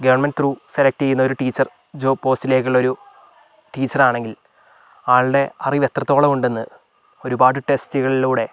government through select ചെയ്യുന്ന ഒരു teacher job പോസ്റ്റിലേക്കുള്ളൊരു ടീച്ചർ ആണെങ്കിൽ ആൾടെ അറിവ് എത്രത്തോളം ഉണ്ടെന്ന് ഒരുപാട് ടെസ്റ്റ്കളിലൂടെ